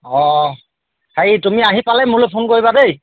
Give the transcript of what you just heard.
অঁ হেৰি তুমি আহি পালেই মোলৈ ফোন কৰিবা দেই